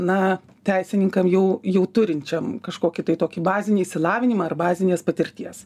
na teisininkam jau jau turinčiam kažkokį tai tokį bazinį išsilavinimą ar bazinės patirties